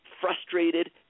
frustrated